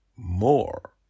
More